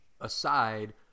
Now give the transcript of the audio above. aside